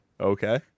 Okay